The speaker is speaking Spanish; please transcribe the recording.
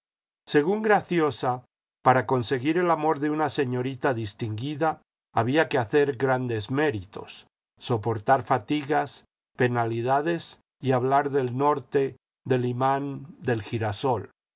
según graciosa para conseguir el amor de una señorita distinguida había que hacer grandes méritos soportar fatigas penalidades y hablar áe norte del imán del girasol